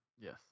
Yes